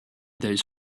those